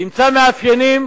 ימצא מאפיינים